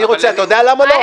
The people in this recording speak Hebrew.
אתה יודע למה לא?